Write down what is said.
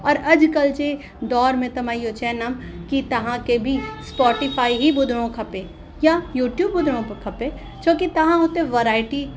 और अॼु कल्ह जे दौर में मां इहो चईंदमि कि तव्हां खे बि स्पॉटीफ़ाई ई ॿुधिणो खपे यां यूट्यूब ॿुधिणो खपे छो कि तव्हां हुते वराएटी